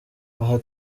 aha